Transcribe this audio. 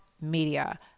Media